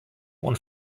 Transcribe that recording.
und